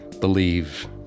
Believe